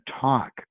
talk